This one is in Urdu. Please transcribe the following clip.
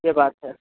یہ بات سر